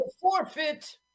Forfeit